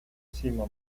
sima